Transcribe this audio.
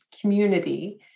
community